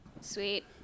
Sweet